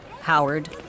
Howard